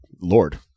Lord